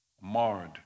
marred